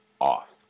off